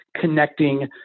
connecting